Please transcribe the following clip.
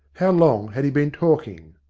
how long had he been talking?